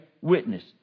witness